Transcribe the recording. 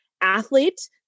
athlete